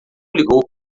ligou